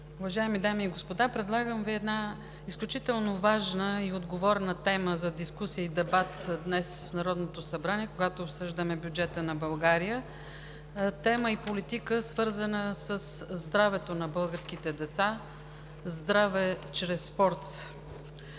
Уважаеми дами и господа, предлагам Ви една изключително важна и отговорна тема за дискусия и дебат в Народното събрание, когато обсъждаме бюджета на България – тема, политика, свързана със здравето на българските деца и здраве чрез спорт.